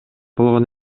болгон